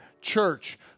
church